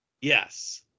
Yes